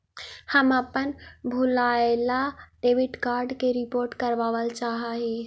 हम अपन भूलायल डेबिट कार्ड के रिपोर्ट करावल चाह ही